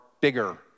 bigger